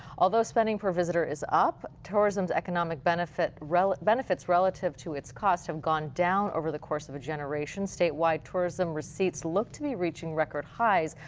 although spending per visitor is up, tourism's economic benefits relative benefits relative to its cost have gone down over the course of generation. statewide tourism receives looks to reaching record high.